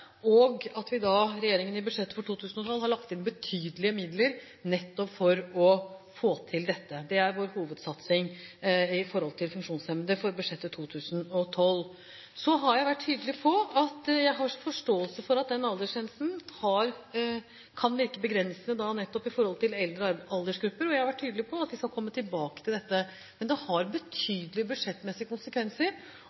og at regjeringen i budsjettet for 2012 har lagt inn betydelige midler nettopp for å få til dette. Det er vår hovedsatsing i forhold til funksjonshemmede for budsjettet 2012. Så har jeg vært tydelig på at jeg har forståelse for at den aldersgrensen kan virke begrensende, nettopp i forhold til eldre aldersgrupper, og jeg har vært tydelig på at vi skal komme tilbake til dette. Men det har